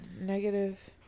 negative